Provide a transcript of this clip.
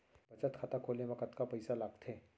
बचत खाता खोले मा कतका पइसा लागथे?